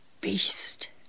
beast